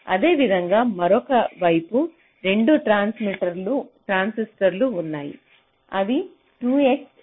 అదేవిధంగా మరొక వైపు 2 ట్రాన్సిస్టర్లు ఉన్నాయి ఇవి 2 x